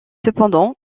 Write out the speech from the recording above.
cependant